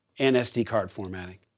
and sd card formating.